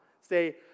Say